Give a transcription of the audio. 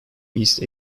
east